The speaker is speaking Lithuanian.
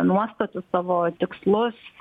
nuostatus savo tikslus